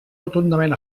rotundament